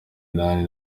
inani